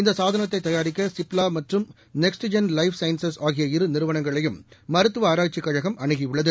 இந்த சாதனத்தை தயாரிக்க சிப்லா மற்றும் நெக்ஸ்ட் ஜென் லைஃப் சைன்ஸஸ் ஆகிய இரு நிறுவனங்களயும் மருத்துவக் ஆராய்ச்சிக் கழகம் அனுகியுள்ளது